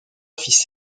fils